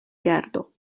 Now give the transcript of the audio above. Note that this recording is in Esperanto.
gardo